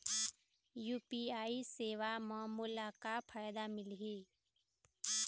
UPI सेवा म मोला का फायदा मिलही?